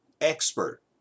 expert